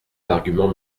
arguments